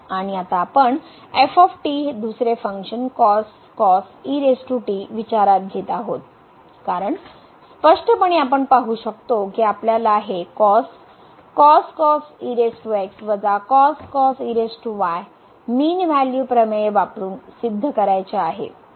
आणि आता आपण f दुसरे फंक्शन विचारात घेत आहोत कारण स्पष्टपणे आपण पाहू शकतो की आपल्याला हे कॉस मीन व्हॅल्यू प्रमेय वापरून सिद्ध करायचे आहे